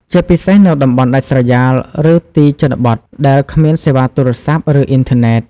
ជាពិសេសនៅតំបន់ដាច់ស្រយាលឬទីជនបទដែលគ្មានសេវាទូរស័ព្ទ ឬអុីនធឺណិត។